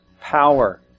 power